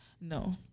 No